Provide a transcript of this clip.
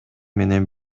менен